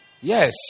Yes